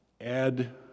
add